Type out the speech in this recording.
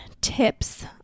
tips